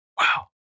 Wow